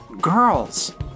girls